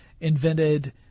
invented